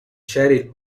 cheryl